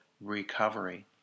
recovery